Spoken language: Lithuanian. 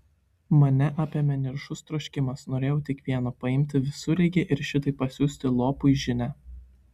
mane apėmė niršus troškimas norėjau tik vieno paimti visureigį ir šitaip pasiųsti lopui žinią